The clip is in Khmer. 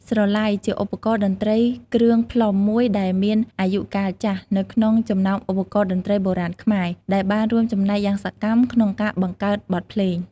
ស្រឡៃ ជាឧបករណ៍តន្ត្រីគ្រឿងផ្លុំមួយដែលមានអាយុកាលចាស់ នៅក្នុងចំណោមឧបករណ៍តន្ត្រីបុរាណខ្មែរ ដែលបានរួមចំណែកយ៉ាងសកម្មក្នុងការបង្កើតបទភ្លេង។